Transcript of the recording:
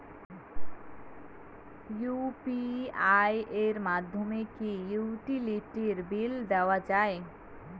UPI এর মাধ্যমে কি ইউটিলিটি বিল দেওয়া যায়?